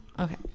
Okay